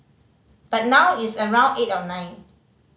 but now it's around eight or nine